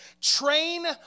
train